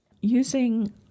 Using